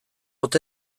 ote